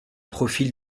profil